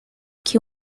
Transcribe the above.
que